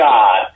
God